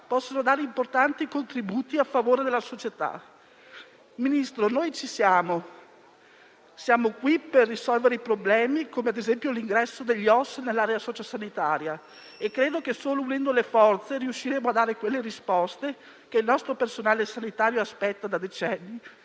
possono dare importanti contributi a favore della società. Ministro, noi ci siamo, siamo qui per risolvere i problemi, come ad esempio l'ingresso degli OSS nell'area socio-sanitaria e credo che solo unendo le forze riusciremo a dare quelle risposte che il nostro personale sanitario aspetta da decenni